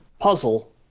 puzzle